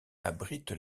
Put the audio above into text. abrite